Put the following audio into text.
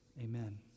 Amen